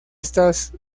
estas